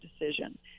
decision